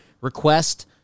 request